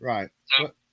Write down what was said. Right